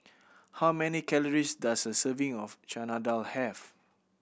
how many calories does a serving of Chana Dal have